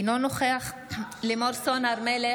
אינו נוכח לימור סון הר מלך,